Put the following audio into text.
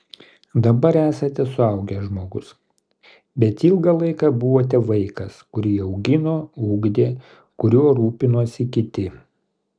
dabar esate suaugęs žmogus bet ilgą laiką buvote vaikas kurį augino ugdė kuriuo rūpinosi kiti